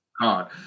god